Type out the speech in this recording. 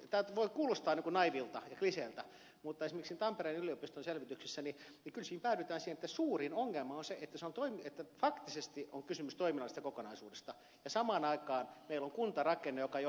tämä voi helposti kuulostaa naiivilta ja kliseeltä mutta esimerkiksi tampereen yliopiston selvityksessä kyllä päädytään siihen että suurin ongelma on se että faktisesti on kysymys toiminnallisesta kokonaisuudesta ja samaan aikaan meillä on kuntarakenne joka johtaa osaoptimointiin